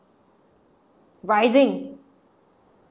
rising